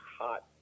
hot